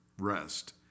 rest